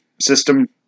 system